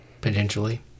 Potentially